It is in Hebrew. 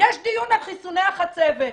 יש דיון על חיסוני החצבת.